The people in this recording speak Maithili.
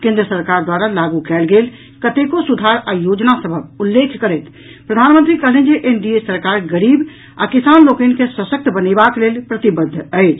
केन्द्र सरकार द्वारा लागू कयल गेल कतेको सुधार आ योजना सभक उल्लेख करैत प्रधानमंत्री कहलनि जे एनडीए सरकार गरीब आ किसान लोकनि के सशक्त बनेबाक लेल प्रतिबद्ध अछि